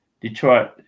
Detroit